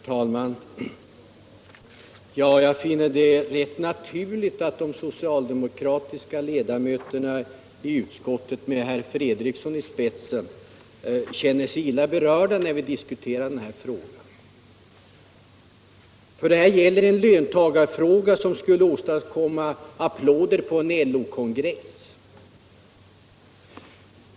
Herr talman! Jag finner det rätt naturligt att de socialdemokratiska ledamöterna i utskottet med herr Fredriksson i spetsen känner sig illa berörda när vi diskuterar den här frågan. Det gäller här en löntagarfråga som skulle åstadkomma applåder på en LO-kongress.